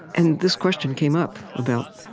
and this question came up about